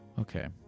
Okay